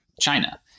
China